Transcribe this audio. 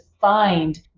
find